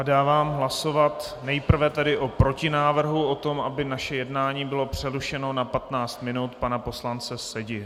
Dávám hlasovat nejprve o protinávrhu, o tom, aby naše jednání bylo přerušeno na 15 minut, pana poslance Sedi.